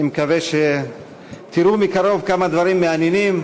אני מקווה שתראו מקרוב כמה דברים מעניינים,